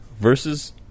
versus